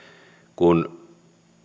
kun